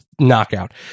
knockout